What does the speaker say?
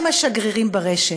הם השגרירים ברשת.